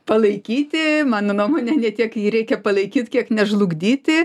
palaikyti mano nuomone ne tiek jį reikia palaikyt kiek nežlugdyti